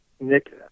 Nick